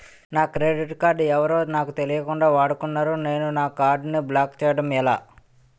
నా credit card ఎవరో నాకు తెలియకుండా వాడుకున్నారు నేను నా కార్డ్ ని బ్లాక్ చేయడం ఎలా?